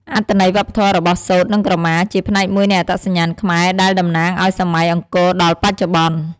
អត្ថន័យវប្បធម៌របស់ សូត្រ និងក្រមា ជាផ្នែកមួយនៃអត្តសញ្ញាណខ្មែរ ដែលតំណាងឲ្យសម័យអង្គរដល់បច្ចុប្បន្ន។